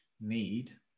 need